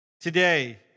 today